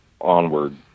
onward